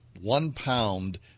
one-pound